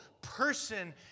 person